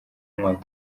umwaka